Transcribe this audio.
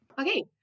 Okay